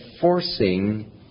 forcing